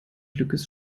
glückes